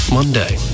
Monday